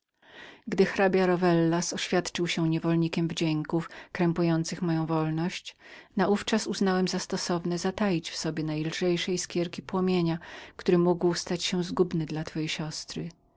gdy hrabia rowellas oświadczył się niewolnikiem wdzięków krępujących moją wolność naówczas uznałem za stosowne zatajenie w sobie najlżejszych iskierek płomienia który mógł stać się zgubnym dla twojej siostry